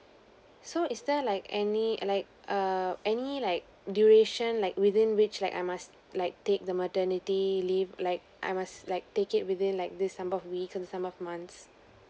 so is there like any like err any like duration like within which like I must like take the maternity leave like I must like take it within like this time of weeks this time of months